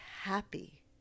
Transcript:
happy